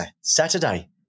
Saturday